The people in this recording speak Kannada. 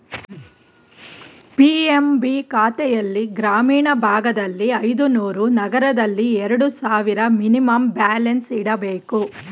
ಪಿ.ಎಂ.ಬಿ ಖಾತೆಲ್ಲಿ ಗ್ರಾಮೀಣ ಭಾಗದಲ್ಲಿ ಐದುನೂರು, ನಗರದಲ್ಲಿ ಎರಡು ಸಾವಿರ ಮಿನಿಮಮ್ ಬ್ಯಾಲೆನ್ಸ್ ಇಡಬೇಕು